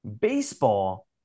baseball